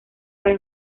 para